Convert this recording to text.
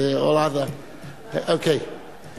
and all the other תודה רבה.